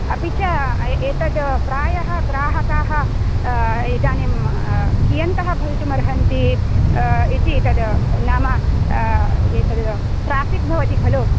अपि च एतद् प्रायः ग्राहकाः इदानीं कियन्तः भवितुमर्हन्ति इति तद् नाम एतद् ट्राफ़िक् भवति खलु